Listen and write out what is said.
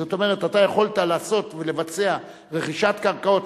זאת אומרת, אתה יכולת לעשות ולבצע רכישת קרקעות.